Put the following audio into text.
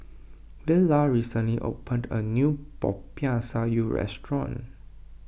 Vela recently opened a new Popiah Sayur restaurant